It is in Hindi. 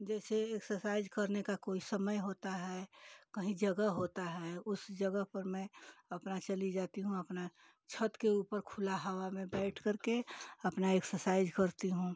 जैसे एक्सरसाइज करने का कोई समय होता है कहीं जगह होता है उस जगह पर मैं अपना चली जाती हूँ अपना छत के ऊपर खुला हवा में बैठ कर के अपना एक्सरसाइज करती हूँ